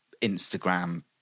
Instagram